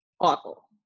awful